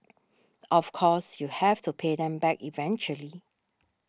of course you have to pay them back eventually